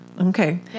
Okay